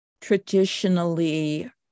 traditionally